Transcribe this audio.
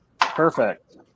Perfect